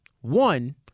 one